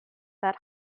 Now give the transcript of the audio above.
that